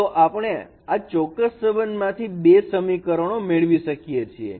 તો આપણે આ ચોક્કસ સંબંધ માંથી આ બે સમીકરણો મેળવી શકીએ છીએ